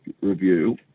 review